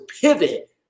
pivot